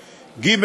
ג.